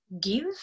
give